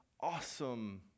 awesome